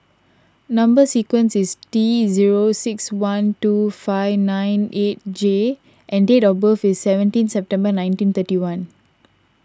Number Sequence is T zero six one two five nine eight J and date of birth is seventeen September nineteen thirty one